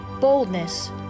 boldness